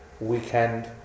weekend